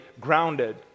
grounded